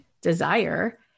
desire